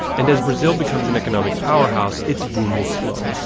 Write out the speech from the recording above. and as brazil becomes an economic powerhouse, it's boom will slow,